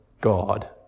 God